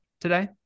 today